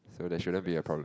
so there shouldn't be a problem